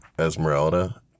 Esmeralda